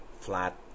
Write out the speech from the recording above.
flat